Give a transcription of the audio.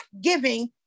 giving